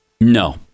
No